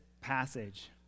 passage